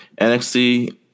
NXT